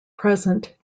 present